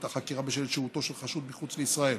החקירה בשל שהותו של חשוד מחוץ לישראל